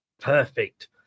Perfect